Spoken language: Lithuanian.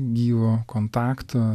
gyvo kontakto